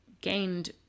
gained